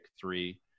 three